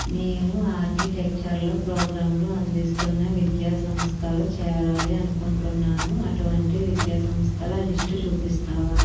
నేను ఆర్కిటెక్చర్లో ప్రోగ్రాంలు అందిస్తున్న విద్యా సంస్థలో చేరాలి అనుకుంటునాను అటువంటి విద్యా సంస్థల లిస్టు చూపిస్తావా